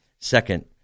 second